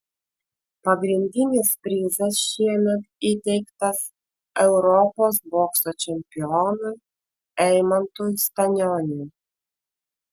pagrindinis prizas šiemet įteiktas europos bokso čempionui eimantui stanioniui